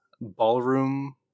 ballroom